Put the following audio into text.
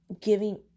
giving